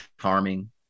charming